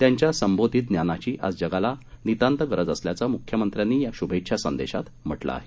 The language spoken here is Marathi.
त्यांच्या संबोधी ज्ञानाची आज जगाला नितांत गरज असल्याचं मुख्यमंत्र्यांनी या शूभेच्छा संदेशात म्हटलं आहे